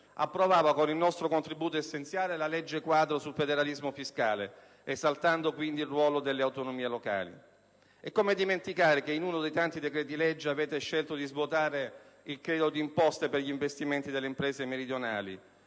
approvava, con il nostro contributo essenziale, la legge quadro sul federalismo fiscale, esaltando, quindi, il ruolo delle autonomie locali. E come dimenticare che con uno dei tanti decreti-legge avete scelto di svuotare il credito d'imposta per gli investimenti delle imprese meridionali?